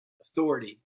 authority